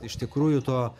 iš tikrųjų to